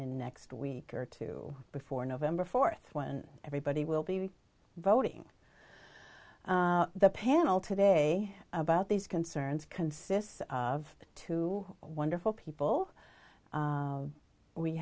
then next week or two before november fourth when everybody will be voting the panel today about these concerns consists of two wonderful people